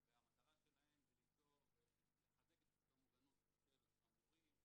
והמטרה שלהם היא ליצור ולחזק את המוגנות של המורים,